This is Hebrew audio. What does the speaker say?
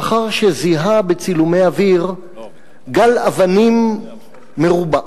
לאחר שזיהה בצילומי אוויר גל אבנים מרובע.